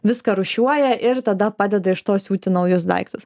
viską rūšiuoja ir tada padeda iš to siūti naujus daiktus